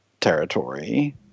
territory